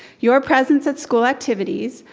your presence at school activities,